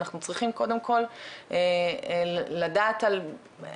אנחנו צריכים קודם כל לדעת את המספרים,